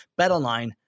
betonline